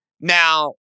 Now